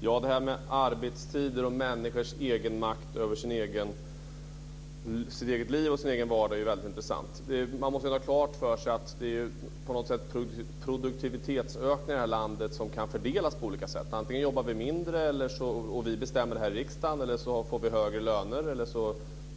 Fru talman! Det här med arbetstider och människors makt över sina egna liv och sin egen vardag är ju väldigt intressant. Man måste väl ha klart för sig att produktivitetsökningarna kan fördelas på olika sätt i det här landet. Antingen jobbar vi mindre, och då bestämmer vi det här i riksdagen, eller så får vi högre löner eller så